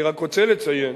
אני רק רוצה לציין